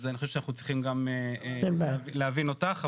אז אני חושב שאנחנו צריכים גם להבין אותך,